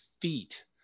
feet